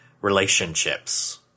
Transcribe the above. relationships